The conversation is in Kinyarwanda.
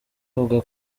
avuga